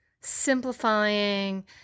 simplifying